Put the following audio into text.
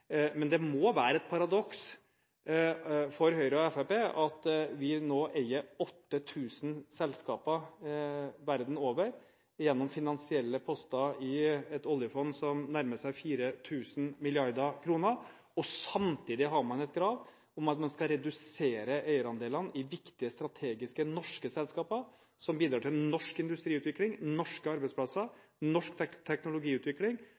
Men det må være et paradoks for Høyre og Fremskrittspartiet at vi nå eier 8 000 selskaper verden over gjennom finansielle poster i et oljefond som nærmer seg 4 000 mrd. kr, og samtidig har man et krav om at man skal redusere eierandelene i viktige strategiske norske selskaper som bidrar til norsk industriutvikling, norske arbeidsplasser, norsk teknologiutvikling